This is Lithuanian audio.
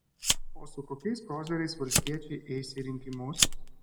o su kokiais koziriais valstiečiai eis į rinkimus